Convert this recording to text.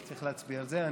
צריך להצביע על זה.